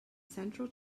central